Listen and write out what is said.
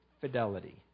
fidelity